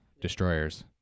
Destroyers